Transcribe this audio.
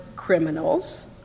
criminals